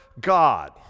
God